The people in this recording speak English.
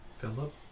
Philip